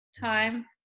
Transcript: time